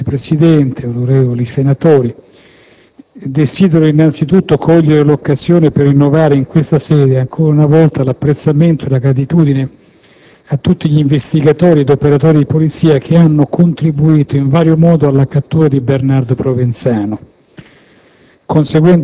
Signor Presidente, onorevoli senatori, desidero innanzitutto cogliere l'occasione per rinnovare in questa sede, ancora una volta, l'apprezzamento e la gratitudine a tutti gli investigatori ed operatori di polizia che hanno contribuito in vario modo alla cattura di Bernardo Provenzano,